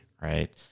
right